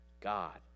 God